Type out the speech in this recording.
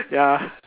ya